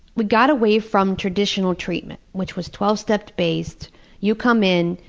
we got away from traditional treatment, which was twelve-step based you come in,